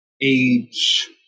age